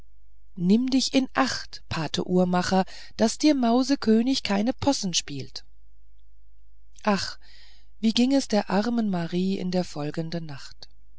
nimm dich in acht pate uhrmacher daß dir mausekönig keinen possen spielt ach wie ging es der armen marie in der folgenden nacht